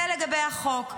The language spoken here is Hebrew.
זה לגבי החוק.